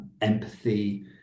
empathy